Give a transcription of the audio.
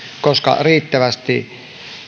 koska riittävästi